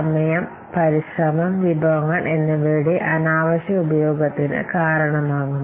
അതിനാൽ ഇത് പരിശ്രമത്തിന്റെയും റിസോഴ്സിന്റ്റെയും അനാവശ്യമായ ഉപയോഗം മുതലായവ സമയം പാഴാക്കുനതാണ്